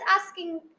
asking